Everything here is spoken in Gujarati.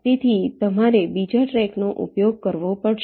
તેથી તમારે બીજા ટ્રેકનો ઉપયોગ કરવો પડશે